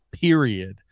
period